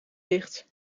dicht